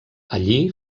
allí